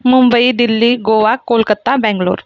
Mumbai Delhi Goa Calcutta Bangalore